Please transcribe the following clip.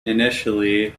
initially